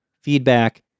Feedback